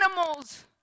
animals